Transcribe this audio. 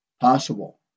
Possible